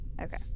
okay